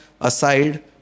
aside